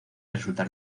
resultar